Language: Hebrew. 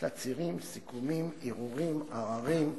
תצהירים, סיכומים, ערעורים, עררים,